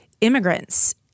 immigrants